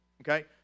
Okay